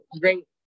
great